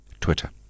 Twitter